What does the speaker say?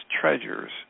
treasures